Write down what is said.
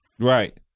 Right